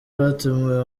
batumiwe